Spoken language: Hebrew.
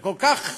שכל כך